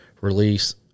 release